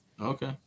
Okay